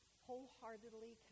wholeheartedly